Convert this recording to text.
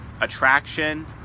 attraction